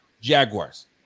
Jaguars